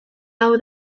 hau